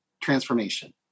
Transformation